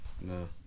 No